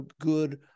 good